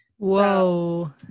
whoa